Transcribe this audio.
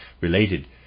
related